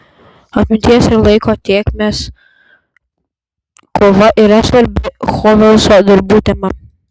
atminties ir laiko tėkmės kova yra svarbi chvoleso darbų tema